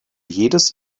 jedes